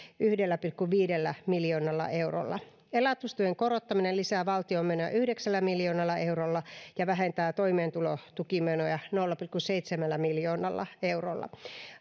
yhdellä pilkku viidellä miljoonalla eurolla elatustuen korottaminen lisää valtion menoja yhdeksällä miljoonalla eurolla ja vähentää toimeentulotukimenoja nolla pilkku seitsemällä miljoonalla eurolla